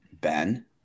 Ben